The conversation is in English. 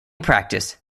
practice